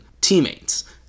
teammates